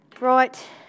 Right